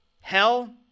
hell